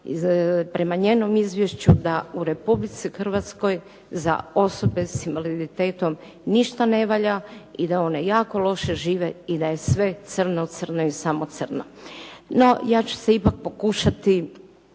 prema njenom izvješću da u Republici Hrvatskoj za osobe s invaliditetom ništa ne valja i da oni jako loše žive i da je sve crno, crno i samo crno. No, ja ću se ipak pokušati